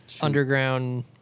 Underground